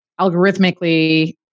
algorithmically